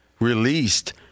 released